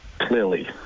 clearly